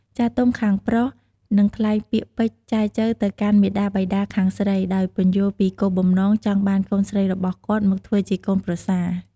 ចាស់ទុំខាងប្រុសនឹងថ្លែងពាក្យពេចន៍ចែចូវទៅកាន់មាតាបិតាខាងស្រី ដោយពន្យល់ពីគោលបំណងចង់បានកូនស្រីរបស់គាត់មកធ្វើជាកូនប្រសា។